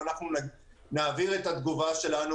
ואנחנו נעביר את התגובה שלנו